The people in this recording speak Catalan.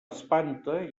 espanta